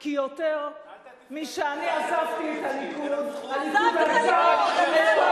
כי יותר משאני עזבתי את הליכוד, הליכוד עזב אותי.